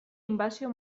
inbasio